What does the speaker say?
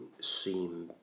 seem